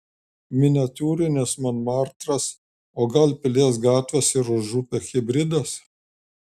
miniatiūrinis monmartras o gal pilies gatvės ir užupio hibridas